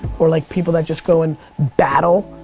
or like people that just go and battle,